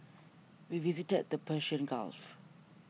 we visited the Persian Gulf